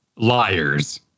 Liars